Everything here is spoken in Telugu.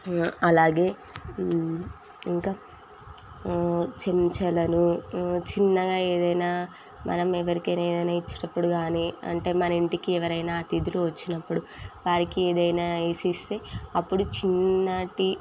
అలాగే ఇంకా చెంచాలను చిన్నగా ఏదైనా మనం ఎవరికైనా ఏదయినా ఇచ్చినప్పుడు కానీ అంటే మన ఇంటికి ఎవరైనా అతిథులు వచ్చినప్పుడు వారికి ఏదైనా వేసిస్తే అప్పుడు చిన్నటి